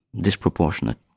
disproportionate